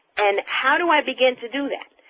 and how do i begin to do that?